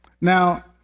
Now